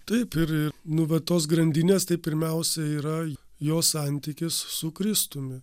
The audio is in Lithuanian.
taip ir ir nu va tos grandinės tai pirmiausia yra jo santykis su kristumi